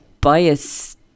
bias